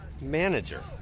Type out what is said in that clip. manager